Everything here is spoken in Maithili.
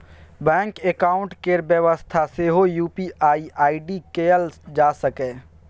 बैंक अकाउंट केर बेबस्था सेहो यु.पी.आइ आइ.डी कएल जा सकैए